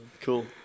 Cool